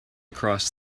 cross